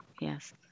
yes